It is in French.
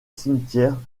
cimetière